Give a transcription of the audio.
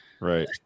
right